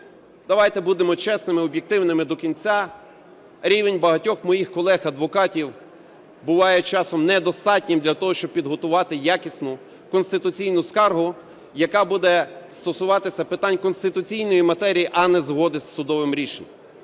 Давайте будемо чесними і об'єктивними до кінця, рівень багатьох моїх колег-адвокатів буває часом недостатнім для того, щоб підготувати якісну конституційну скаргу, яка буде стосуватися питань конституційної матерії, а не згоди з судовим рішенням.